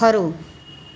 ખરું